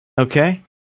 okay